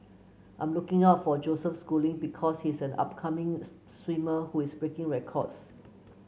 I'm looking out for Joseph Schooling because he is an upcoming swimmer who is breaking records